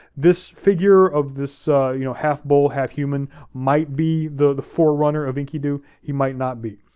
this figure of this you know half-bull, half-human might be the forerunner of enkidu, he might not be.